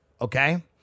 Okay